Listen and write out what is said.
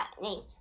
lightning